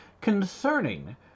concerning